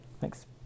Thanks